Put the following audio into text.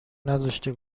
نذاشته